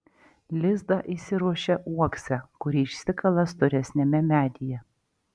lizdą įsiruošia uokse kurį išsikala storesniame medyje